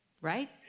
right